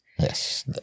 Yes